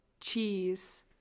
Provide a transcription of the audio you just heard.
Cheese